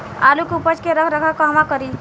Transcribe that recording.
आलू के उपज के रख रखाव कहवा करी?